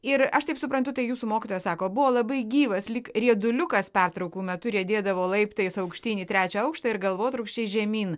ir aš taip suprantu tai jūsų mokytojas sako buvo labai gyvas lyg rieduliukas pertraukų metu riedėdavo laiptais aukštyn į trečią aukštą ir galvotrūkčiais žemyn